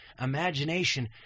imagination